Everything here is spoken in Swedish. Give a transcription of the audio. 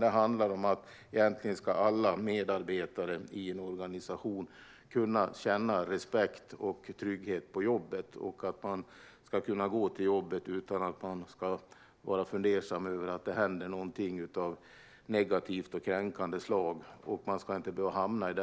Det handlar egentligen om att alla medarbetare i en organisation ska kunna känna respekt och trygghet på jobbet, och man ska kunna gå till jobbet utan att behöva fundera över att något av negativt och kränkande slag ska hända. Man ska inte behöva hamna i